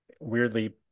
weirdly